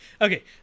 Okay